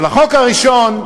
אבל החוק הראשון,